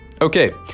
Okay